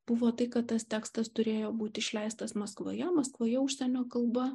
buvo tai kad tas tekstas turėjo būti išleistas maskvoje maskvoje užsienio kalba